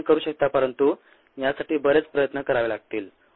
आपण हे करू शकता परंतु यासाठी बरेच प्रयत्न करावे लागतील